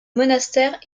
monastère